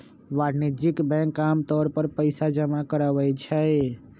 वाणिज्यिक बैंक आमतौर पर पइसा जमा करवई छई